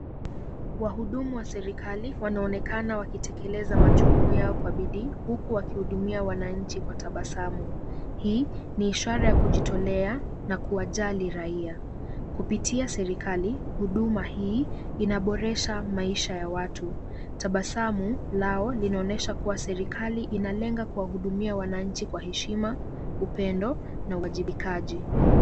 Wahudumu wa serikali wanaonekana wakitekeleza majukumu yao kwa bidii, huku wakihudumia wananchi kwa tabasamu. Hii ni ishara ya kujitolea na kuwajali raia. Kupitia serikali, huduma hii inaboresha maisha ya watu. Tabasamu, lao linaonesha kuwa serikali inalenga kuwahudumia wananchi kwa heshima, upendo, na uwajibikaji.